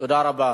תודה רבה.